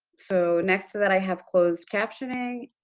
so, next to that i have closed captioning.